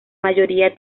mayoría